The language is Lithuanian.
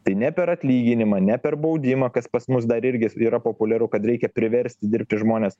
tai ne per atlyginimą ne per baudimą kas pas mus dar irgi yra populiaru kad reikia priversti dirbti žmones